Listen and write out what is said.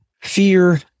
fear